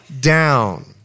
down